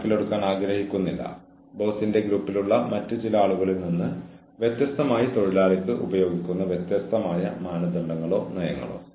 കൂടാതെ ജീവനക്കാരന് നിങ്ങളിൽ നിന്ന് എന്ത് തരത്തിലുള്ള പിന്തുണ ലഭിക്കുമെന്ന് പ്രതീക്ഷിക്കാം